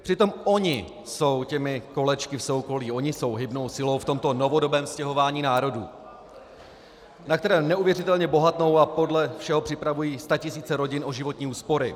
Přitom oni jsou těmi kolečky v soukolí, oni jsou hybnou silou v tomto novodobém stěhování národů, na kterém neuvěřitelně bohatnou, a podle všeho připravují statisíce rodin o životní úspory.